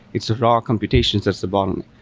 it's raw computations that's the bottleneck.